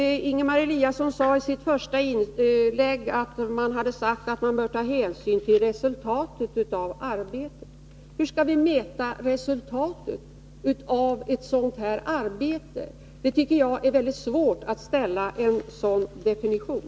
Ingemar Eliasson sade i sitt första inlägg att man borde ta hänsyn till resultatet av arbetet. Men hur skall vi mäta det? Jag tycker att det är svårt att ge en definition på vad som är resultat i de här sammanhangen.